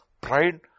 Pride